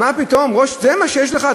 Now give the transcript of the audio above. זה מה שיש לך?